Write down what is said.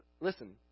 Listen